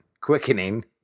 quickening